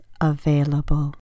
available